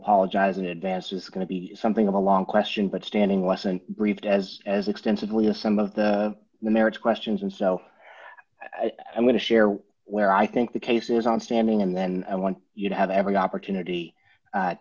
apologize in advance it's going to be something of a long question but standing wasn't briefed as as extensively as some of the the merits questions and so i'm going to share where i think the case is on standing and then i want you to have every opportunity